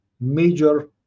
major